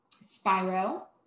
Spyro